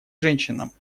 женщинам